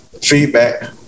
Feedback